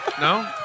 No